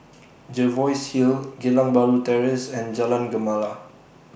Jervois Hill Geylang Bahru Terrace and Jalan Gemala